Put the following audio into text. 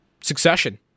Succession